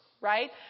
Right